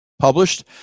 published